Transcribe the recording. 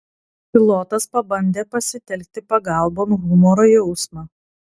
pilotas pabandė pasitelkti pagalbon humoro jausmą